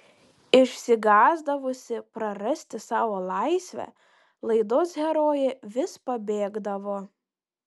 išsigąsdavusi prarasti savo laisvę laidos herojė vis pabėgdavo